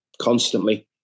constantly